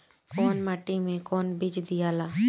कौन माटी मे कौन बीज दियाला?